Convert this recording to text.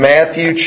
Matthew